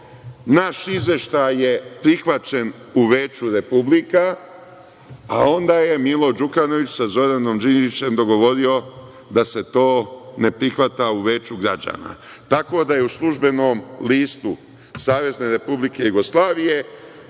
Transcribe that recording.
Naš izveštaj je prihvaćen u Veću republika, a onda je Milo Đukanović sa Zoranom Đinđićem dogovorio da se to ne prihvata u Vveću građana. Tako je da je u „Službenom listu“ SRJ objavljena samo